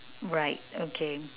right okay